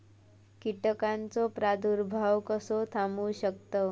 कीटकांचो प्रादुर्भाव कसो थांबवू शकतव?